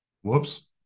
whoops